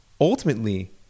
ultimately